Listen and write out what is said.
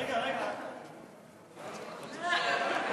רגע, רגע.